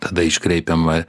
tada iškreipiama